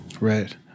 Right